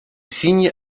signe